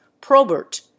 Probert